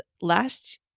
last